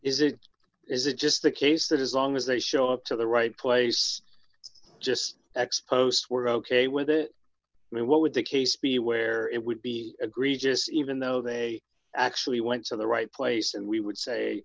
is it is it just the case that as long as they show up to the right place just x post were ok with it and what would the case be where it would be agreed just even though they actually went to the right place and we would say